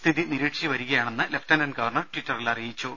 സ്ഥിതി നിരീക്ഷിച്ചുവരികയാണെന്ന് lieutenant governor ട്വിറ്ററിൽ അറിയിച്ചു